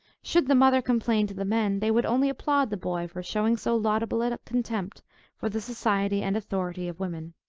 should the mother complain to the men, they would only applaud the boy for showing so laudable a contempt for the society and authority of women.